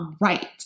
right